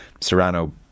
Serrano